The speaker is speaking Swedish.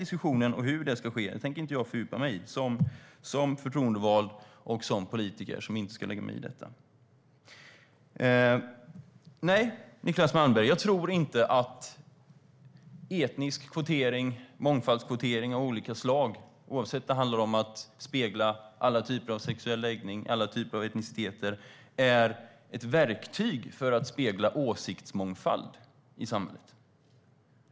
Diskussionen om hur det ska ske tänker inte jag som förtroendevald och politiker, som inte ska lägga mig i detta, fördjupa mig i.Nej, Niclas Malmberg, jag tror inte att etnisk kvotering och mångfaldskvotering av olika slag, oavsett om det handlar om att spegla alla typer av sexuell läggning eller alla typer av etniciteter, är ett verktyg för att spegla åsiktsmångfald i samhället.